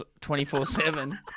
24-7